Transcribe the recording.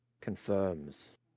confirms